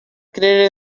creer